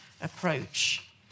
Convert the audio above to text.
approach